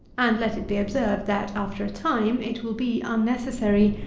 and let it be observed, that, after a time, it will be unnecessary,